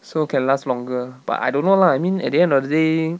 so can last longer but I don't know lah I mean at the end of the day